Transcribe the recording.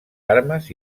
armes